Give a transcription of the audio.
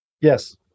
Yes